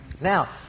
Now